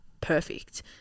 perfect